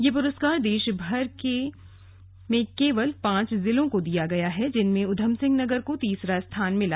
यह पुरस्कार देशभर के में केवल पांच जिलों को दिया गया है जिनमें ऊधमसिंह नगर को तीसरा स्थान मिला